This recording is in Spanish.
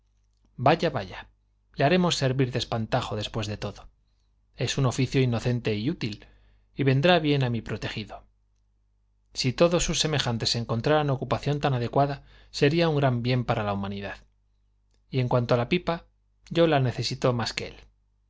vaya vaya le haremos servir de espantajo después de todo es un oficio inocente y útil y vendrá bien a mi protegido si todos sus semejantes encontraran ocupación tan adecuada sería un gran bien para la humanidad y en cuanto a la pipa yo la necesito más que él